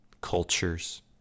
cultures